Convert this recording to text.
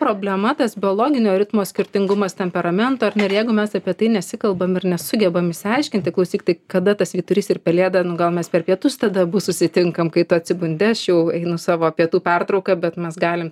problema tas biologinio ritmo skirtingumas temperamento ar ne jeigu mes apie tai nesikalbam ir nesugebam išsiaiškinti klausyk tai kada tas vyturys ir pelėda nu gal mes per pietus tada abu susitinkam kai tu atsibundi aš jau einu savo pietų pertrauką bet mes galim